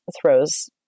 throws